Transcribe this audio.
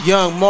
Young